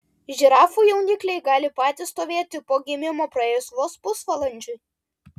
žirafų jaunikliai gali patys stovėti po gimimo praėjus vos pusvalandžiui